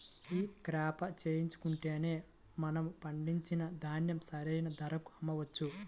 ఈ క్రాప చేయించుకుంటే మనము పండించిన ధాన్యం సరైన ధరకు అమ్మవచ్చా?